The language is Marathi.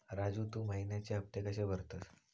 राजू, तू महिन्याचे हफ्ते कशे भरतंस?